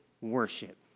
worship